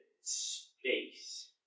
space